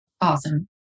Awesome